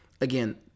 again